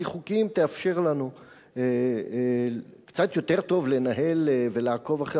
חוקיים תאפשר לנו קצת יותר טוב לנהל ולעקוב אחרי